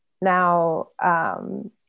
now